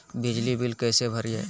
बिजली बिल कैसे भरिए?